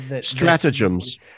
stratagems